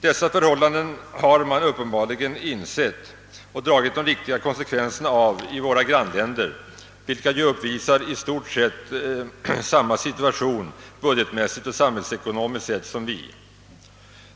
Dessa förhållanden har man uppenbarligen insett och dragit de riktiga konsekvenserna av i våra grannländer, vilka ju uppvisar i stort sett samma situation budgetmässigt och samhällsekonomiskt som vårt land.